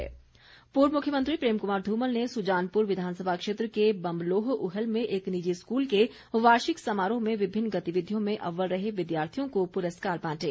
धुमल पूर्व मुख्यमंत्री प्रेम कुमार धूमल ने सुजानपुर विधानसभा क्षेत्र के बम्बलोह उहल में एक निजी स्कूल के वार्षिक समारोह में विभिन्न गतिविधियों में अव्वल रहे विद्यार्थियों को पुरस्कार बांटे